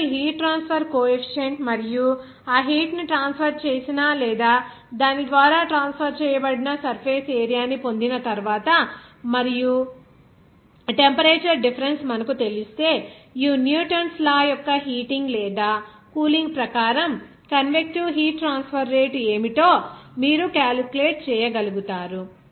మీరు ఈ heat transfer coefficient మరియు ఆ హీట్ ని ట్రాన్స్ఫర్ చేసిన లేదా దాని ద్వారా ట్రాన్స్ఫర్ చేయబడిన సర్ఫేస్ ఏరియా ని పొందిన తర్వాత మరియు టెంపరేచర్ డిఫరెన్స్ మనకు తెలిస్తే ఈ న్యూటన్స్ లా యొక్క హీటింగ్ లేదా కూలింగ్ ప్రకారం కన్వెక్టీవ్ హీట్ ట్రాన్స్ఫర్ రేటు ఏమిటో మీరు క్యాలిక్యులేట్ చేయగలుగుతారు